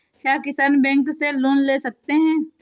क्या किसान बैंक से लोन ले सकते हैं?